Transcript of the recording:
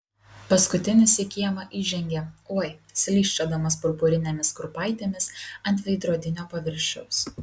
paskutinis į kiemą įžengė oi slysčiodamas purpurinėmis kurpaitėmis ant veidrodinio paviršiaus